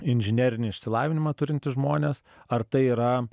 inžinerinį išsilavinimą turintys žmonės ar tai yra